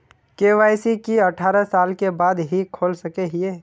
KYC की अठारह साल के बाद ही खोल सके हिये?